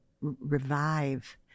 revive